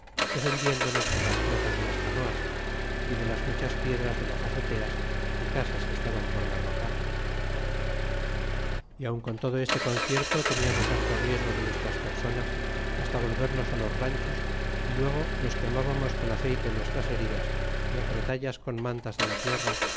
defendiéndonos por las rotas de las canoas y de las muchas piedras de las azoteas y casas que estaban por derrocar y aun con todo este concierto teniamos harto riesgo de nuestras personas hasta volvernos los ranchos y luego nos quemábamos con aceyte nuestras heridas y apretallas con mantas de la tierra